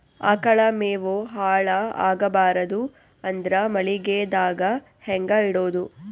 ಆಕಳ ಮೆವೊ ಹಾಳ ಆಗಬಾರದು ಅಂದ್ರ ಮಳಿಗೆದಾಗ ಹೆಂಗ ಇಡೊದೊ?